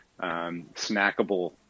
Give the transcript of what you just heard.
snackable